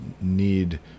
need